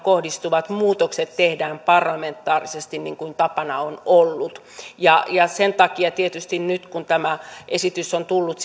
kohdistuvat muutokset tehdään parlamentaarisesti niin kuin tapana on ollut sen takia tietysti nyt kun tämä esitys on tullut